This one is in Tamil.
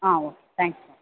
ah okay thanks